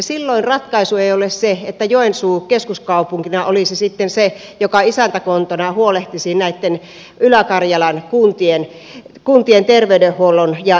silloin ratkaisu ei ole se että joensuu keskuskaupunkina olisi sitten se joka isäntäkuntana huolehtisi näitten ylä karjalan kuntien terveydenhuollosta ja erikoissairaanhoidosta